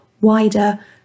wider